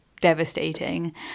devastating